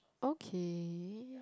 okay